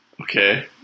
Okay